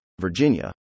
Virginia